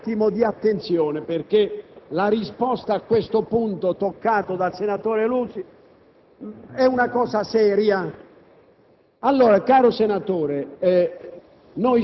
Prego i colleghi di prestare un attimo di attenzione, perché la risposta al punto toccato dal senatore Lusi è una cosa seria.